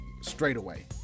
straightaway